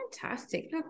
Fantastic